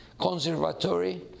conservatory